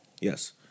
Yes